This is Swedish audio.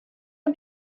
att